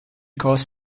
cause